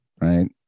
Right